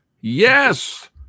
Yes